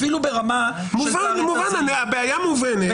הבעיה מובנת.